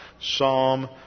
Psalm